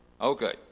Okay